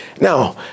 Now